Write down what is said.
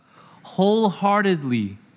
wholeheartedly